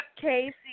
Casey